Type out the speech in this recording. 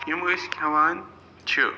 یِم أسۍ کھٮ۪وان چھِ